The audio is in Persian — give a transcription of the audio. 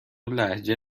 لهجه